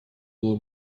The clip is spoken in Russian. было